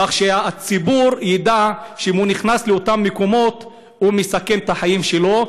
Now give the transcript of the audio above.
כדי שהציבור ידע שאם הוא נכנס לאותם מקומות הוא מסכן את החיים שלו,